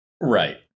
Right